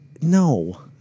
No